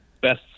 best